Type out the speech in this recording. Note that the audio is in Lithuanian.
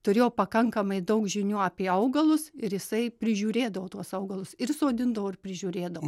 turėjo pakankamai daug žinių apie augalus ir jisai prižiūrėdavo tuos augalus ir sodindavo ir prižiūrėdavo